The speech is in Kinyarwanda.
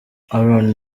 aaron